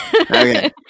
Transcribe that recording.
Okay